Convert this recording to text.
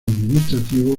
administrativo